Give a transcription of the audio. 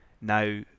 Now